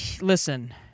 listen